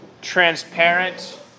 transparent